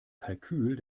kalkül